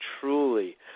truly